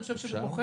אני חושב שבכוחנו,